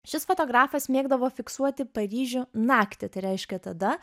šis fotografas mėgdavo fiksuoti paryžių naktį tai reiškia tada